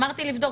אמרתי לבדוק,